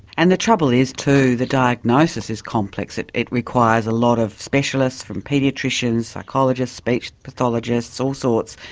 and the trouble is, too, the diagnosis is complex, it it requires a lot of specialists, from paediatricians, psychologists, speech pathologists, all sorts,